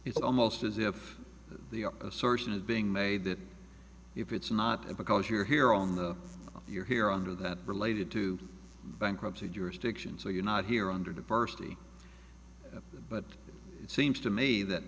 it's almost as if the assertion is being made that if it's not because you're here on the you're here under that related to bankruptcy jurisdiction so you're not here under diversity but it seems to me that